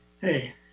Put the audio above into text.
Hey